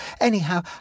Anyhow